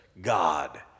God